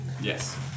Yes